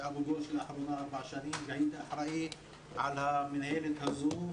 באבו גוש היינו במשך ארבע שנים והייתי אחראי על המנהלת הזו,